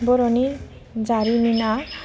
बर'नि जारिमिना